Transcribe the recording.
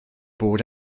bod